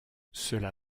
cela